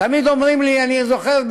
אני זוכר,